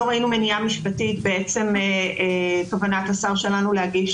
לא ראינו מניעה משפטית בעצם כוונת השר שלנו להגיש